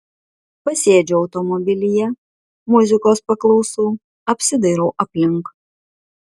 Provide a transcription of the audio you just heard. pasėdžiu automobilyje muzikos paklausau apsidairau aplink